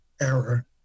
error